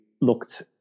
looked